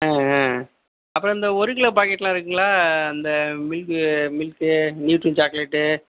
ஆ ஆ அப்புறம் இந்த ஒரு கிலோ பாக்கெட்லாம் இருக்குதுங்களா அந்த மில்க்கு மில்க்கு நியூட்ரி சாக்லேட்டு